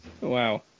Wow